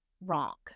wrong